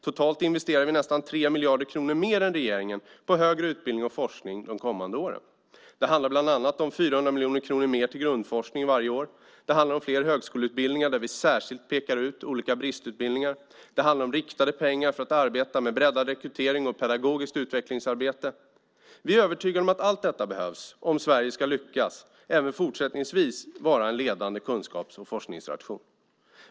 Totalt investerar vi nästan 3 miljarder kronor mer än regeringen på högre utbildning och forskning de kommande åren. Det handlar bland annat om 400 miljoner kronor mer till grundforskning varje år. Det handlar om fler högskoleutbildningar där vi särskilt pekar ut olika bristutbildningar. Det handlar om riktade pengar för att arbeta med breddad rekrytering och pedagogiskt utvecklingsarbete. Vi är övertygade om att allt detta behövs om Sverige även fortsättningsvis ska lyckas vara en ledande kunskaps och forskningsnation.